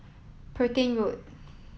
Petain Road